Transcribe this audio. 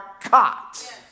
caught